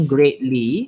Greatly